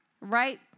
Right